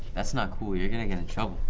that's not cool. you're gonna get in trouble.